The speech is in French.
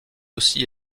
aussi